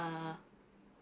err